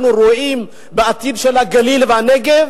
אנחנו רואים את העתיד של הגליל והנגב